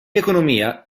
economia